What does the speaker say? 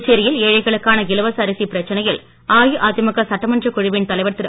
புதுச்சேரியில் ஏழைகளுக்கான இலவச அரிசி பிரச்சனையில் அஇஅதிமுக சட்டமன்றக் குழுவின் தலைவர் திரு